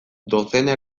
dozena